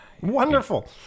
Wonderful